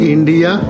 India